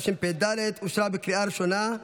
התשפ"ד 2023,